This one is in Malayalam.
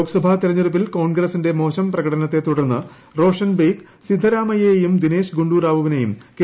ലോക്സഭാ തെരഞ്ഞെടുപ്പിൽ കോൺഗ്രസിന്റെ മോശം പ്രകടനത്തെതുടർന്ന് റോഷൻ ബെയ്ഗ് സിദ്ധരാമയ്യേയും ദിനേശ് ഗുണ്ടുറാവുവിനേയും കെ